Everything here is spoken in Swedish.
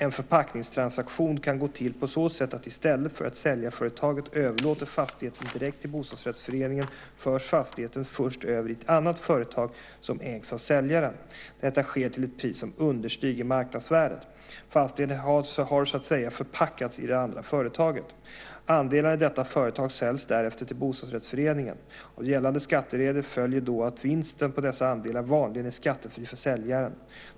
En förpackningstransaktion kan gå till på så sätt att i stället för att säljarföretaget överlåter fastigheten direkt till bostadsrättsföreningen förs fastigheten först över i ett annat företag som ägs av säljaren. Detta sker till ett pris som understiger marknadsvärdet. Fastigheten har så att säga förpackats i det andra företaget. Andelarna i detta företag säljs därefter till bostadsrättsföreningen. Av gällande skatteregler följer då att vinsten på dessa andelar vanligen är skattefri för säljaren.